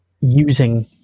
using